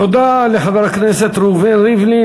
תודה לחבר הכנסת ראובן ריבלין.